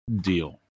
deal